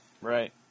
Right